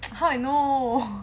how I know